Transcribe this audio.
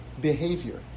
behavior